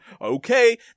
okay